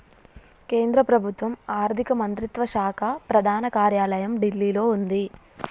కేంద్ర ప్రభుత్వం ఆర్ధిక మంత్రిత్వ శాఖ ప్రధాన కార్యాలయం ఢిల్లీలో వుంది